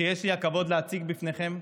שיש לי הכבוד להציג בפניכם.